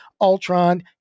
ultron